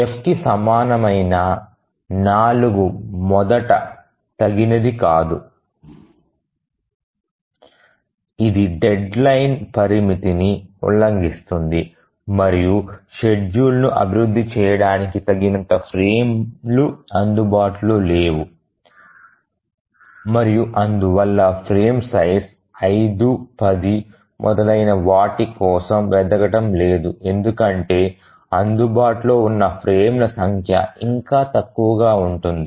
F కి సమానమైన 4 మొదట తగినది కాదు ఇది డెడ్లైన్ పరిమితిని ఉల్లంఘిస్తుంది మరియు షెడ్యూల్ను అభివృద్ధి చేయడానికి తగినంత ఫ్రేమ్లు అందుబాటులో లేవు మరియు అందువల్ల ఫ్రేమ్ సైజు 5 10 మొదలైన వాటి కోసం వెతకడం లేదు ఎందుకంటే అందుబాటులో ఉన్న ఫ్రేమ్ల సంఖ్య ఇంకా తక్కువగా ఉంటుంది